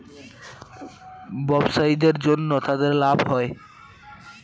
ব্যবসায়ীদের জন্য তাদের লাভ হয়